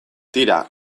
tira